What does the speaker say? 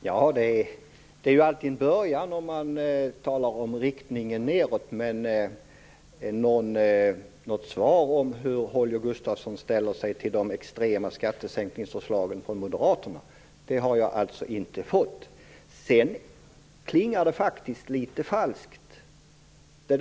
Herr talman! Ja, det är alltid en början att tala om riktningen, i det här fallet nedåt, men något svar på frågan om hur Holger Gustafsson ställer sig till Moderaternas extrema skattesänkningsförslag har jag inte fått. Talet om sänkta skatter klingar faktiskt litet falskt.